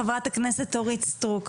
ח"כ אורית סטרוק.